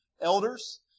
elders